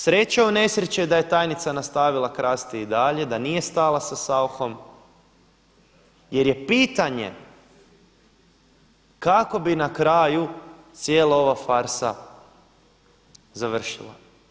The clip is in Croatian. Sreća u nesreći da je tajnica nastavila krasti i dalje, da nije stala sa Sauchom jer je pitanje kako bi na kraju cijela ova farsa završila.